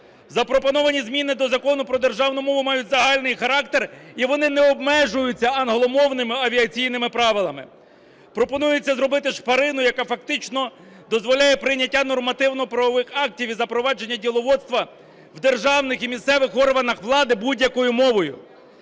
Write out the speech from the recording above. Запропоновані зміни до Закону про державну мову мають загальний характер, і вони не обмежуються англомовними авіаційними правилами. Пропонується зробити шпарину, яка фактично дозволяє прийняття нормативно-правових актів і запровадження діловодства в державних і місцевих органах влади будь-якою мовою.